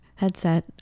headset